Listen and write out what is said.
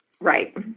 Right